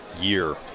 year